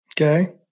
Okay